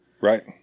Right